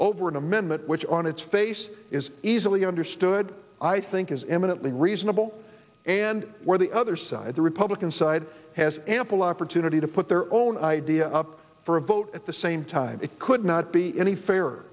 over an amendment which on its face is easily understood i think is eminently reasonable and where the other side the republican side has ample opportunity to put their own idea up for a vote at the same time it could not be any fair